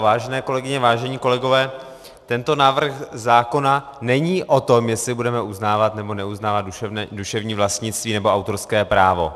Vážené kolegyně, vážení kolegové, tento návrh zákona není o tom, jestli budeme uznávat nebo neuznávat duševní vlastnictví nebo autorské právo.